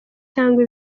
cyangwa